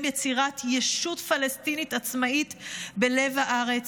יצירת ישות פלסטינית עצמאית בלב הארץ,